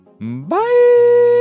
bye